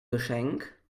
geschenk